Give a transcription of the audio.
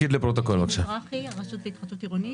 אתי מזרחי, הרשות להתחדשות עירונית.